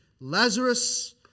Lazarus